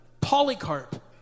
Polycarp